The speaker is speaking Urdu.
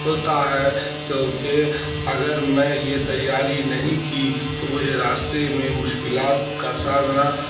ہوتا ہے کیونکہ اگر میں یہ تیاری نہیں کی تو مجھے راستے میں مشکلات کا سامنا